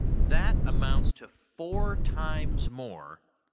that amounts to four times more